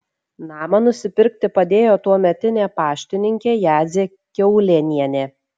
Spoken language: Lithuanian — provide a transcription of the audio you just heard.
namą nusipirkti padėjo tuometinė paštininkė jadzė kiaulėnienė